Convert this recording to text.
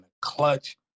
clutch